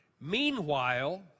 Meanwhile